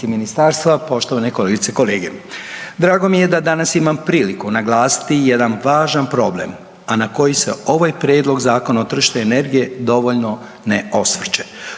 ministarstva, poštovane kolegice i kolege. Drago mi je da danas imam priliku naglasiti jedan važan problem, a na koji se ovaj prijedlog Zakona o tržištu energije dovoljno ne osvrće.